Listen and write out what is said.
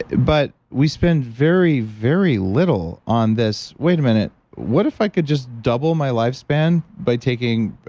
but we spend very, very little on this, wait a minute, what if i could just double my life span by taking.